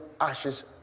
ashes